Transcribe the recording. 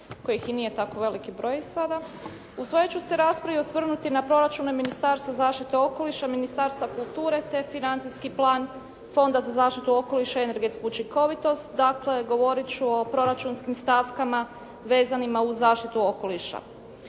kojih i nije tako veliki broj sada. U svojoj ću se raspravi osvrnuti na proračune Ministarstva zaštite okoliša, Ministarstva kulture te financijski plan Fonda za zaštitu okoliša i energetsku učinkovitost, dakle govorit ću o proračunskim stavkama vezanima uz zaštitu okoliša.